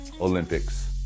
Olympics